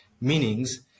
meanings